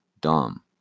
dumb